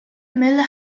mill